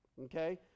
Okay